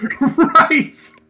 Right